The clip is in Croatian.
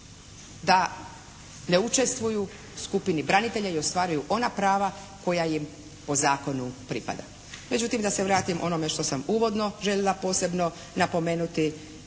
da ne učestvuju skupini branitelja i ostvaruju ona prava koja im po zakonu pripada. Međutim, da se vratim onome što sam uvodno željela posebno napomenuti,